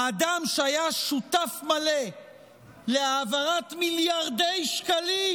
האדם שהיה שותף מלא להעברת מיליארדי שקלים,